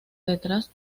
detrás